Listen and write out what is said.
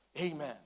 Amen